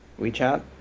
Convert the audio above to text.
WeChat